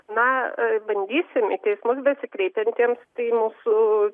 na bandysim į teismus besikreipiantiems tai mūsų